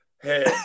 hey